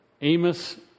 Amos